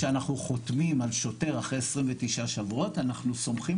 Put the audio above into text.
כשאנחנו חותמים על שוטר אחרי 29 שבועות אנחנו סומכים